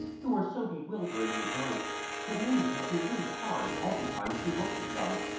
who were so bewilderingly bright that maimie had to wink hard all the time she looked at them.